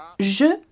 Je